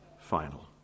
final